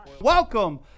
Welcome